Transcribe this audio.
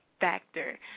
factor